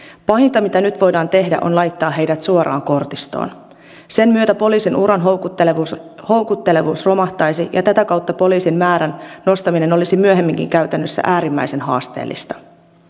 pahinta mitä nyt voidaan tehdä on laittaa heidät suoraan kortistoon sen myötä poliisin uran houkuttelevuus houkuttelevuus romahtaisi ja tätä kautta poliisien määrän nostaminen olisi myöhemminkin käytännössä äärimmäisen haasteellista